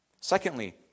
Secondly